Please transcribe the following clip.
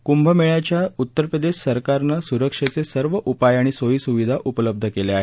कुंभमेळ्यासाठी उत्तरप्रदेश सरकारनं सुरक्षेचे सर्व उपाय आणि सोईसुविधा उपलब्ध केल्या आहेत